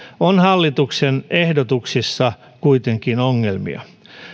on hallituksen ehdotuksissa kuitenkin ongelmia